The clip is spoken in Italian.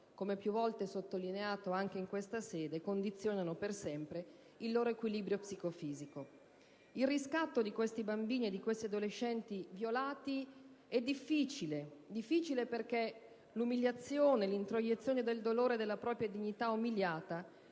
come più volte sottolineato anche in questa sede, condizionano per sempre il loro equilibrio psicofisico. Il riscatto di questi bambini e adolescenti violati è difficile perché l'umiliazione, l'introiezione del dolore e della propria dignità umiliata